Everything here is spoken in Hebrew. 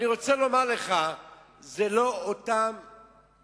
אני רוצה לומר לך שזה לא אותו תקציב